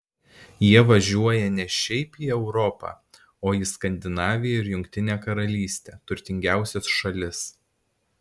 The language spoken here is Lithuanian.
jie važiuoja ne šiaip į europą o į skandinaviją ir jungtinę karalystę turtingiausias šalis